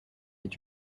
est